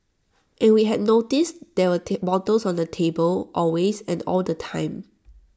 and we had noticed there were bottles on the table always and all the time